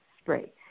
spray